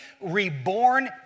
reborn